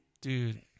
dude